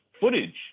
footage